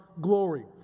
glory